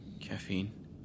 caffeine